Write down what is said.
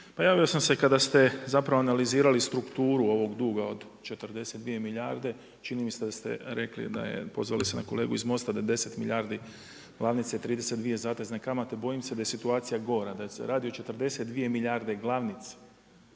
Pa javio sam se kada ste zapravo analizirali strukturu ovog duga od 42 milijarde. Čini mi se da ste rekli da je, pozvali se na kolegu iz MOST-a, da je 10 milijardi glavnice, 32 zatezne kamate. Bojim se da je situacija gora, da se radi o 42 milijarde glavnice.